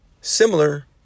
similar